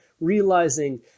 realizing